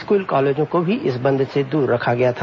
school कॉलेजों को भी इस बंद से दूर रखा गया था